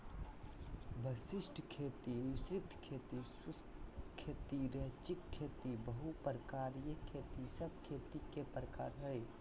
वशिष्ट खेती, मिश्रित खेती, शुष्क खेती, रैचिंग खेती, बहु प्रकारिय खेती सब खेती के प्रकार हय